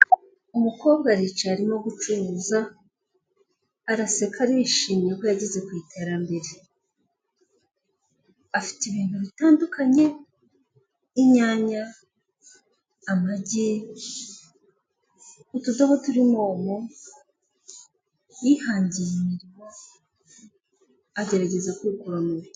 Umukobwa aricaye arimo gucuruza, araseka arishimye ko yageze ku iterambere. Afite ibintu bitandukanye: inyanya, amagi, utudobo turimo omo, yihangiye imirimo agerageza kwikura mu bukene